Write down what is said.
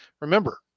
Remember